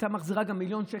הייתה מחזירה גם מיליון שקל,